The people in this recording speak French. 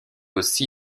aussi